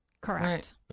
Correct